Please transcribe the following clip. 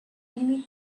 enemy